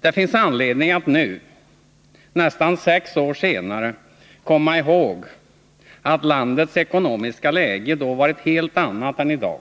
Det finns anledning att nu, nästan sex år senare, komma ihåg att landets ekonomiska läge då var ett helt annat än det är i dag.